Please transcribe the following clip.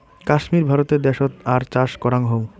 কাশ্মীর ভারতে দ্যাশোত আর চাষ করাং হউ